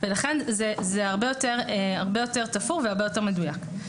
ולכן זה הרבה יותר תפור והרבה יותר מדויק.